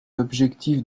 l’objectif